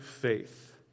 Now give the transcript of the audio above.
faith